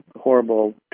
horrible